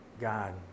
God